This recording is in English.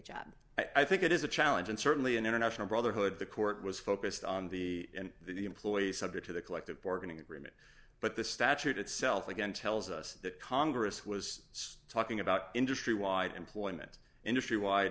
job i think it is a challenge and certainly an international brotherhood the court was focused on the employees subject to the collective bargaining agreement but the statute itself again tells us that congress was talking about industry wide employment industry wide